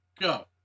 Go